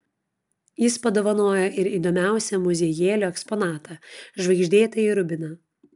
jis padovanojo ir įdomiausią muziejėlio eksponatą žvaigždėtąjį rubiną